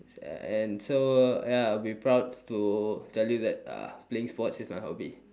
and so ya I'll be proud to tell you that uh playing sports is my hobby